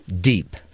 Deep